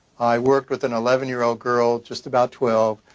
i worked with an eleven year old girl, just about twelve,